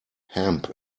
hemp